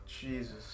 Jesus